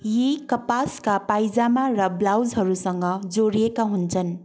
यी कपासका पाइजामा र ब्लाउजहरूसँग जोडिएका हुन्छन्